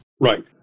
Right